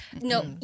No